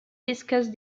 discussed